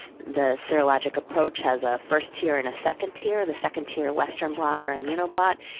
the serologic approach has a first-tier and a second-tier. the second-tier western blot, or immunoblot,